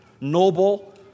noble